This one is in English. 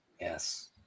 Yes